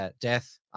death